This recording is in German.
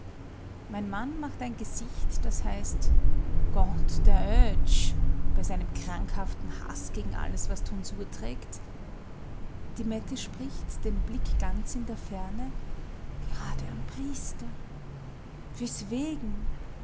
mein mann macht ein gesicht das heißt gott der oetsch bei seinem krankhaften haß gegen alles was tonsur trägt die mette spricht den blick ganz in der ferne gerade am priester weswegen